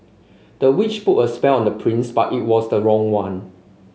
the witch put a spell on the prince but it was the wrong one